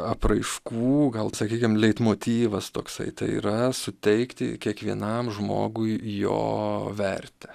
apraiškų gal sakykim leitmotyvas toksai tai yra suteikti kiekvienam žmogui jo vertę